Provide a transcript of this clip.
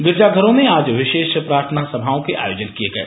गिरजा घरों में आज विशेष प्रार्थना सभाओं के आयोजन किये गये